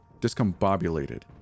discombobulated